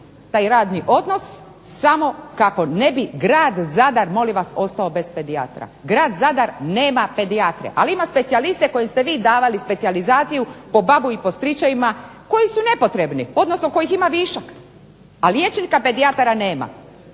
taj radni odnos samo kako ne bi grad Zadar molim vas ostao bez pedijatra. Grad Zadra nema pedijatre, ali ima specijaliste kojim ste vi davali specijalizaciju po babu i po stričevima koji su nepotrebni, odnosno kojih ima višak. A liječnika pedijatara nema.